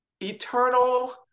eternal